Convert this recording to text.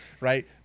right